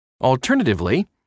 Alternatively